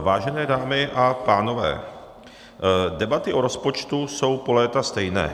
Vážené dámy a pánové, debaty o rozpočtu jsou po léta stejné.